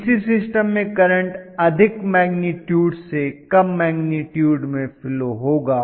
DC system में current अधिक magnitude से कम मैग्निटूड में फ्लो होगा